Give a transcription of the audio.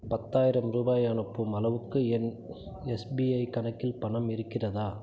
பத்தாயிரம் ரூபாய் அனுப்பும் அளவுக்கு என் எஸ்பிஐ கணக்கில் பணம் இருக்கிறதா